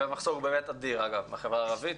יש מחסור באמת אדיר בחברה הערבית,